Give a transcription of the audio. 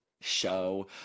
show